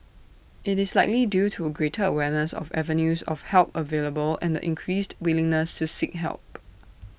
IT is likely due to greater awareness of avenues of help available and the increased willingness to seek help